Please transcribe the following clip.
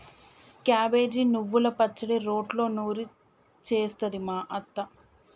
cabbage నువ్వల పచ్చడి రోట్లో నూరి చేస్తది మా అత్త